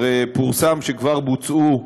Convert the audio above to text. הרי פורסם שכבר בוצעו,